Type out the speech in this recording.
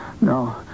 No